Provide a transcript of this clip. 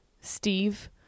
Steve